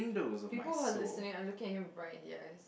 people who are listening are looking at him right in the eyes